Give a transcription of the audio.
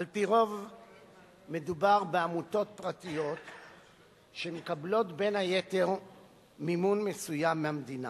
על-פי רוב מדובר בעמותות פרטיות שמקבלות בין היתר מימון מסוים מהמדינה,